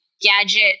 gadget